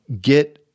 get